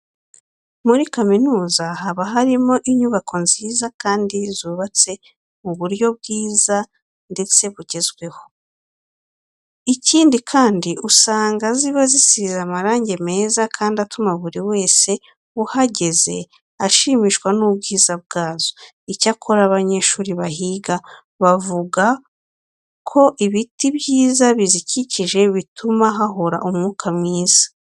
Muri kaminuza haba harimo inyubako nziza kandi zubatse mu buryo bwiza ndetse bugezweho. Ikindi kandi usanga ziba zisize amarange meze kandi atuma buri wese uhageze ashimishwa n'ubwiza bwazo. Icyakora abanyeshuri bahiga bavuga ko ibiti byiza bizikikije bituma hahora umwuka mwiza.